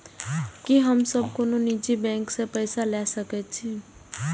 की हम सब कोनो निजी बैंक से पैसा ले सके छी?